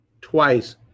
twice